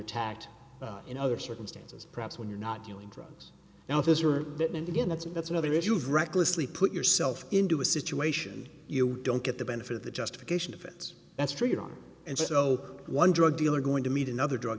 attacked in other circumstances perhaps when you're not doing drugs now this or that and again that's and that's another issue of recklessly put yourself into a situation you don't get the benefit of the justification of it that's traded on and so one drug dealer going to meet another drug